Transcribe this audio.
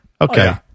Okay